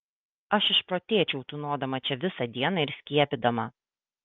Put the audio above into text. aš išprotėčiau tūnodama čia visą dieną ir skiepydama